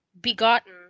begotten